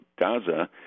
Gaza